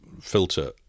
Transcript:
filter